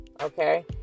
Okay